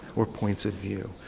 or points of view.